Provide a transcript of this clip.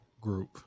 group